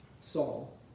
Saul